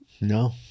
no